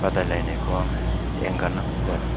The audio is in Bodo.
बादायलायनायखौ आं एंगारनांगौ जादों